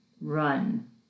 run